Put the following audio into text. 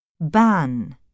Ban